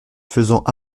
faisant